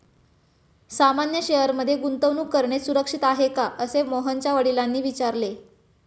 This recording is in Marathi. सामान्य शेअर मध्ये गुंतवणूक करणे सुरक्षित आहे का, असे मोहनच्या वडिलांनी विचारले